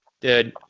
Dude